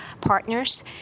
partners